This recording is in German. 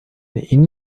ihn